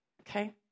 Okay